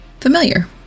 familiar